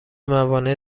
موانع